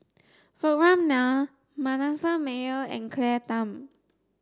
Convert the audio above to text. Vikram Nair Manasseh Meyer and Claire Tham